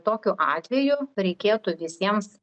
tokiu atveju reikėtų visiems